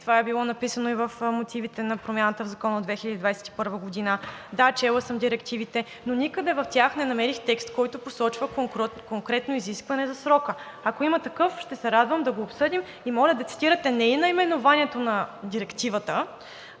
Това е било написано и в мотивите за промяната в Закона от 2021 г. Да, чела съм директивите, но никъде в тях не намерих текст, който посочва конкретно изискване за срока. Ако има такъв, ще се радвам да го обсъдим. И моля да цитирате не наименованието на Директивата,